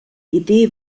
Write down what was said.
idee